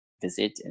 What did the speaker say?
visit